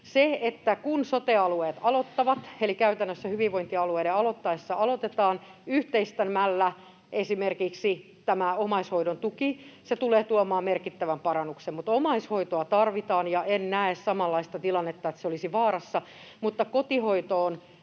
ei mahdu. Kun sote-alueet aloittavat — eli käytännössä hyvinvointialueiden aloittaessa aloitetaan yhteistämällä esimerkiksi tämä omaishoidon tuki — se tulee tuomaan merkittävän parannuksen. Mutta omaishoitoa tarvitaan, ja en näe samanlaista tilannetta, että se olisi vaarassa. Mutta kotihoitoon